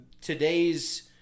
today's